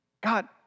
God